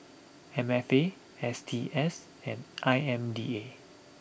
M F A S T S and I M D A